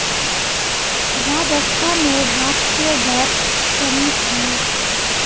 राजस्थानेर राजकीय गाछ शमी छे